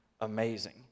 amazing